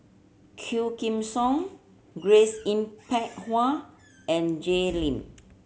Quah Kim Song Grace Yin Peck Ha and Jay Lim